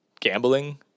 gambling